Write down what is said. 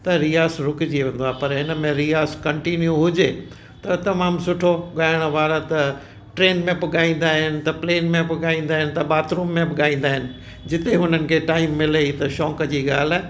त रियाज़ रूकिजी वेंदो आहे पर हिनमें रियाज़ कंटीन्यू हुजे त तमामु सुठो ॻायण वारा त ट्रेन में बि ॻाईंदा आहिनि त प्लेन में बि ॻाईंदा आहिनि त बाथरुम में बि ॻाईंदा आहिनि जिते उन्हनि खे टाइम मिले हीअ त शौंक़ु जी ॻाल्हि आहे